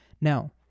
Now